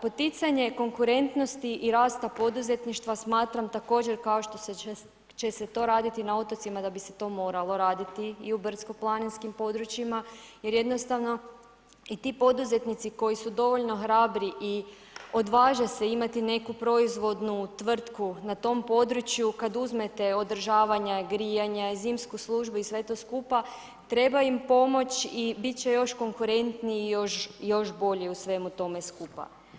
Poticanje konkurentnosti i rasta poduzetništva smatram također, kao što će se to raditi na otocima, da bi se to moralo raditi i brdsko-planinskim područjima jer jednostavno i ti poduzetnici koji su dovoljno hrabri i odvaže se imati neku proizvodnu tvrtku na tom području, kad uzmete održavanja, grijanja, zimsku službu i sve to skupa, treba im pomoć i bit će još konkurentniji i još bolji u svemu tome skupa.